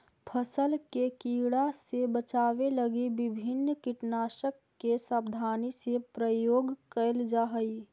फसल के कीड़ा से बचावे लगी विभिन्न कीटनाशक के सावधानी से प्रयोग कैल जा हइ